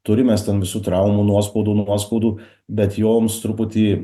turim mes ten visų traumų nuospaudų nuoskaudų bet joms truputį